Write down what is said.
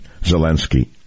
Zelensky